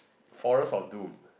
Forest of Doom